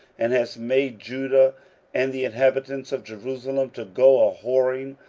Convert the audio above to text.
and hast made judah and the inhabitants of jerusalem to go a whoring,